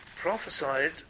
prophesied